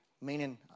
meaning